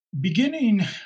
beginning